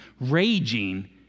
raging